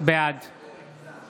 בעד